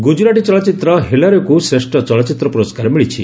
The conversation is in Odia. ଗୁଜରାଟି ଚଳଚ୍ଚିତ୍ର ହେଲାରେକୁ ଶ୍ରେଷ୍ଠ ଚଳଚ୍ଚିତ୍ର ପୁରସ୍କାର ମିଳିଛି